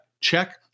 check